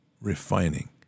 refining